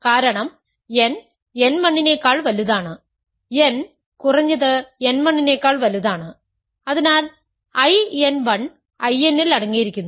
കാരണം n n 1 നെക്കാൾ വലുതാണ് n കുറഞ്ഞത് n 1 നെക്കാൾ വലുതാണ് അതിനാൽ I n 1 I n ൽ അടങ്ങിയിരിക്കുന്നു